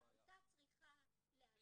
העמותה צריכה ל --- זו בדיוק הבעיה.